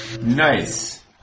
Nice